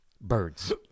birds